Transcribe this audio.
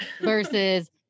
Versus